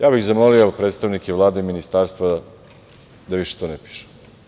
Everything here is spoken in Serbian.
Ja bih zamolio predstavnike Vlade i ministarstva da više to ne pišu.